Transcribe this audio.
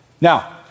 Now